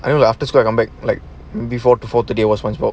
I know after school I come back like before before the today watch spongebob